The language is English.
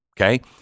Okay